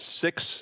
six –